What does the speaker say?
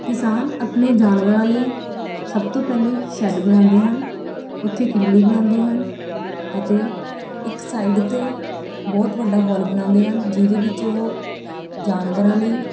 ਕਿਸਾਨ ਆਪਣੇ ਜਾਨਵਰਾਂ ਲਈ ਸਭ ਤੋਂ ਪਹਿਲਾਂ ਸ਼ੈੱਡ ਬਣਾਉਂਦੇ ਹਨ ਉੱਥੇ ਖੁਰਲੀ ਬਣਾਉਂਦੇ ਹਨ ਅਤੇ ਇੱਕ ਸਾਈਡ 'ਤੇ ਬਹੁਤ ਵੱਡਾ ਹੋਲ ਬਣਾਉਂਦੇ ਹਨ ਜਿਹਦੇ ਵਿੱਚ ਉਹ ਜਾਨਵਰਾਂ ਲਈ